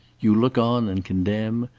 you look on and condemn,